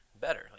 better